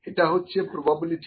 এটা হচ্ছে প্রবাবলিটি